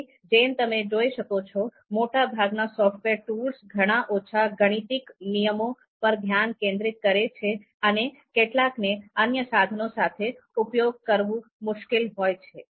તેથી જેમ તમે જોઈ શકો છો મોટાભાગના સોફ્ટવેર ટૂલ્સ ઘણા ઓછા ગાણિતીક નિયમો પર ધ્યાન કેન્દ્રિત કરે છે અને કેટલાકને અન્ય સાધનો સાથે ઉપયોગ કરવું મુશ્કેલ હોય છે